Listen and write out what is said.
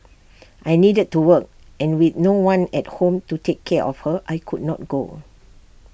I needed to work and with no one at home to take care of her I could not go